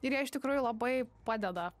ir jie iš tikrųjų labai padeda